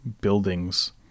buildings